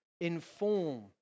inform